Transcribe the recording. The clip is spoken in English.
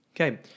Okay